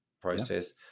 process